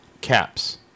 caps